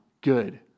good